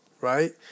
Right